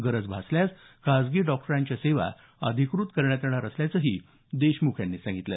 गरज भासल्यास खासगी डॉक्टरांच्या सेवा अधिकृत करण्यात येणार असल्याचंही देशमुख यांनी यावेळी सांगितलं